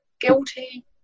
guilty